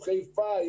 חיפה,